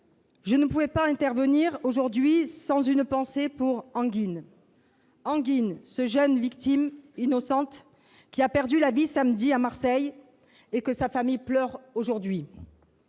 Je ne pouvais pas intervenir aujourd'hui sans avoir une pensée pour Engin, jeune victime innocente qui a perdu la vie samedi, à Marseille, et que sa famille pleure aujourd'hui.